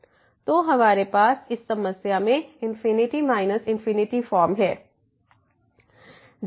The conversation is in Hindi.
तो हमारे पास इस समस्या में ∞∞ फॉर्म है